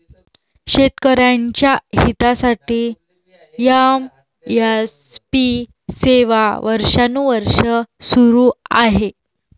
शेतकऱ्यांच्या हितासाठी एम.एस.पी सेवा वर्षानुवर्षे सुरू आहे